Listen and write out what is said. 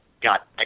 got